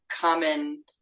common